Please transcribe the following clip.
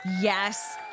Yes